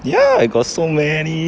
ya I got so many